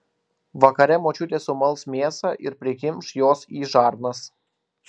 vakare močiutė sumals mėsą ir prikimš jos į žarnas